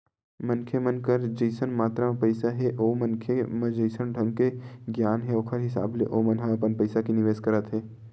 मनखे मन कर जइसन मातरा म पइसा हे ओ मनखे म जइसन ढंग के गियान हे ओखर हिसाब ले ओमन ह अपन पइसा के निवेस करत हे